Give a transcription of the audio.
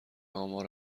آمار